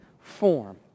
form